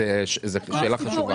זו שאלה חשובה.